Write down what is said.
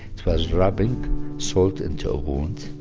it was rubbing salt into a wound